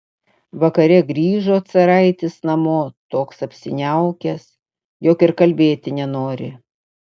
vakare grįžo caraitis namo toks apsiniaukęs jog ir kalbėti nenori